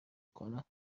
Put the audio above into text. کنم